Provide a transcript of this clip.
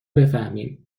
بفهمیم